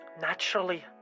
Naturally